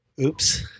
Oops